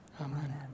Amen